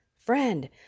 Friend